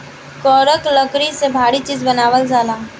करक लकड़ी से भारी चीज़ बनावल जाला